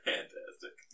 Fantastic